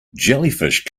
jellyfish